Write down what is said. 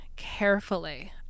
carefully